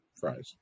Fries